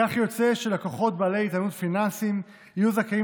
כך יוצא שלקוחות בעלי איתנות פיננסית יהיו זכאים